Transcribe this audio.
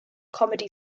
comedy